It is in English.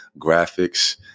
graphics